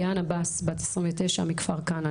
ליאנה בס בת 29 מכפר כאנה,